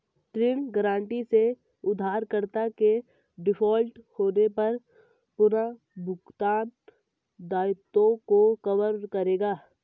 ऋण गारंटी से उधारकर्ता के डिफ़ॉल्ट होने पर पुनर्भुगतान दायित्वों को कवर करेगा